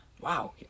wow